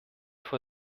vor